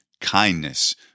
kindness